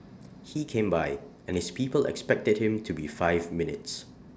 he came by and his people expected him to be five minutes